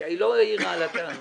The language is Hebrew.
היא לא העירה על הטענות.